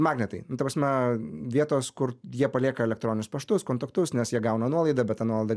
magnetai nu ta prasme vietos kur jie palieka elektroninius paštus kontaktus nes jie gauna nuolaidą bet tą nuolaidą